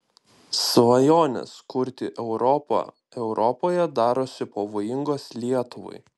svajonės kurti europą europoje darosi pavojingos lietuvai